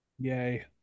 Yay